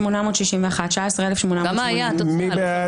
19,861 עד 19,880. מי בעד?